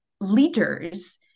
leaders